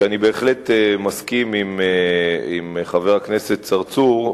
שאני בהחלט מסכים עם חבר הכנסת צרצור,